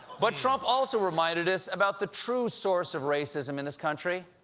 but trump also reminded us about the true source of racism in this country